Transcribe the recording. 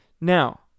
Now